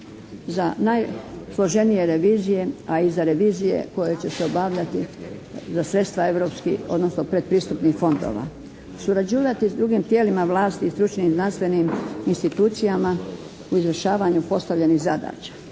za najpoželjnije revizije, a i za revizije koja će se obavljati za sredstva europskih, odnosno predpristupnih fondova. Surađivati s drugim tijelima vlasti i stručnim znanstvenim institucijama u izvršavanju postavljenih zadaća